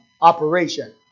operation